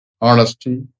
honesty